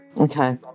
Okay